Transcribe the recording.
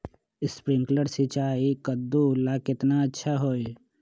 Sprinkler सिंचाई कददु ला केतना अच्छा होई?